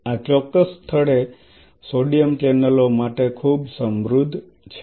આ ચોક્કસ સ્થળ સોડિયમ ચેનલો માટે ખૂબ સમૃદ્ધ છે